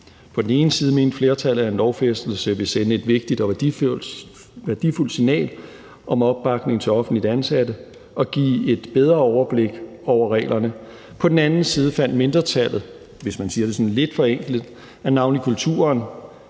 På den ene side mente flertallet, at en lovfæstelse vil sende et vigtigt og værdifuldt signal om opbakning til offentligt ansatte og give et bedre overblik over reglerne. På den anden side fandt mindretallet, hvis man